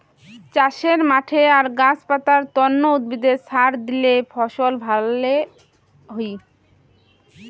চাষের মাঠে আর গাছ পাতার তন্ন উদ্ভিদে সার দিলে ফসল ভ্যালা হই